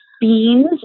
beans